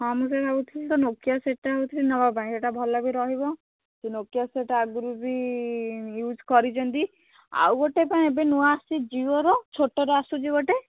ହଁ ମୁଁ ତ ଭାବୁଥିଲି ସେ ନୋକିଆ ସେଟ୍ ଟା ନେବାପାଇଁ ସେଇଟା ଭଲ ବି ରହିବ ନୋକିଆ ସେଟ୍ ଟା ଆଗରୁ ବି ୟୁଜ୍ କରିଛନ୍ତି ଆଉ ଗୋଟେ ପାଇଁ ଏବେ ନୂଆ ଆସିଛି ଜିଓର ଛୋଟଟେ ଆସିଛି ଗୋଟେ